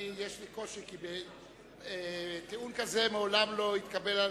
יש לי קושי, כי טיעון כזה מעולם לא התקבל.